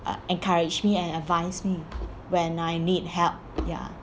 uh encourage me and advise me when I need help ya